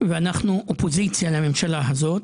ואנחנו אופוזיציה לממשלה הזאת,